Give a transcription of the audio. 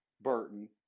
Burton